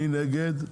מי נגד?